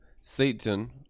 Satan